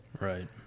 Right